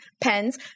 pens